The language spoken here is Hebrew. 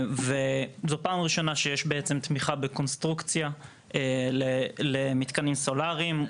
זאת פעם ראשונה שיש תמיכה בקונסטרוקציה למתקנים סולריים.